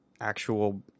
actual